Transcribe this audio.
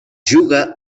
juga